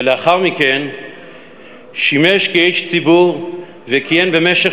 ולאחר מכן שימש כאיש ציבור וכיהן במשך